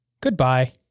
Goodbye